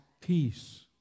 peace